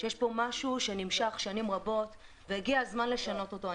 יש כאן משהו שנמשך שנים רבות והגיע הזמן לשנות אותו.